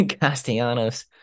Castellanos